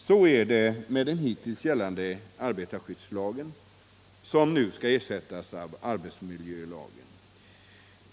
Så är det med den hittills gällande arbetarskyddslagen, som nu skall ersättas av arbetsmiljölagen.